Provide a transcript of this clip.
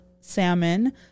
salmon